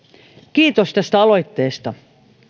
kiitos tästä aloitteesta